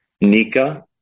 Nika